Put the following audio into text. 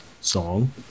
song. ¶¶